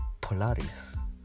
Polaris